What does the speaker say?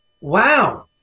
Wow